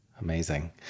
Amazing